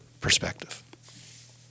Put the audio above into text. perspective